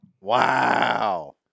wow